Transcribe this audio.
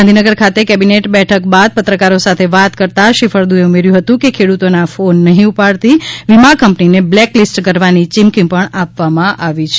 ગાંધીનગર ખાતે કેબિનેટ બેઠક બાદ પત્રકારો સાથે વાત કરતા શ્રી ફળદુએ ઉમેર્યું હતું કે ખેડૂતોના ફોન નહીં ઉપાડતી વિમા કંપનીને બ્લેક લીસ્ટ કરવાની ચીમકી પણ આપવામાં આવી છે